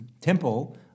Temple